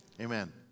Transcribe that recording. Amen